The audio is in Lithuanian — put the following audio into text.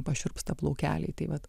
pašiurpsta plaukeliai tai vat